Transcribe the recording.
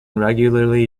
regularly